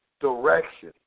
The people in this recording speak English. direction